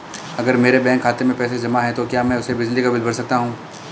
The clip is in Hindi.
अगर मेरे बैंक खाते में पैसे जमा है तो क्या मैं उसे बिजली का बिल भर सकता हूं?